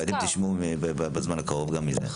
ואתם תשמעו בזמן הקרוב גם על זה.